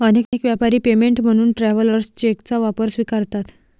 अनेक व्यापारी पेमेंट म्हणून ट्रॅव्हलर्स चेकचा वापर स्वीकारतात